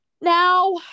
now